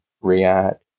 react